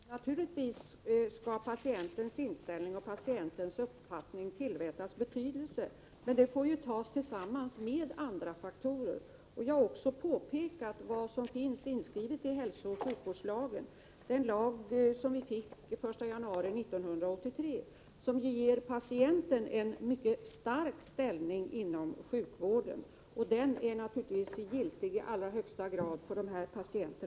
Fru talman! Naturligtvis skall patientens inställning och uppfattning tillmätas betydelse, men får beaktas tillsammans med andra faktorer. Jag har pekat på vad som finns inskrivet i hälsooch sjukvårdslagen, som vi fick den 1 januari 1983. Den ger patienten en mycket stark ställning inom sjukvården, och den gäller naturligtvis i allra högsta grad även dessa patienter.